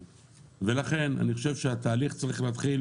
לכן אני חושב שהתהליך צריך להתחיל